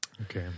okay